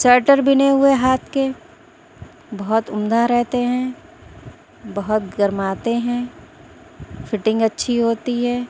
sweater بنے ہوئے ہاتھ کے بہت عمدہ رہتے ہیں بہت گرماتے ہیں فٹنگ اچھی ہوتی ہے